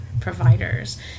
providers